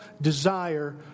desire